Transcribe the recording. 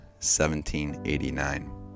1789